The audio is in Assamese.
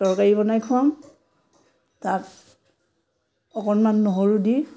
তৰকাৰী বনাই খোৱাও তাত অকণমান নহৰু দি